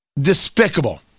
Despicable